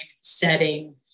setting